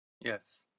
Yes